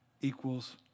equals